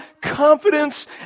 confidence